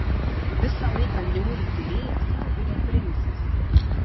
visą laiką niauriai tylėjęs pabudo frensis